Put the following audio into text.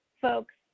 folks